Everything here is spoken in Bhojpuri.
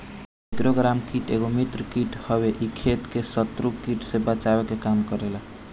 टाईक्रोग्रामा कीट एगो मित्र कीट हवे इ खेत के शत्रु कीट से बचावे के काम करेला